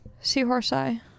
Seahorse-eye